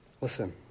Listen